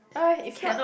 ah if not